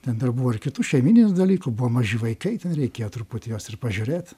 ten dar buvo ir kitų šeimyninių dalykų buvo maži vaikai ten reikėjo truputį juos ir pažiūrėt